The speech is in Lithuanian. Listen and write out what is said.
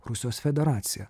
rusijos federacija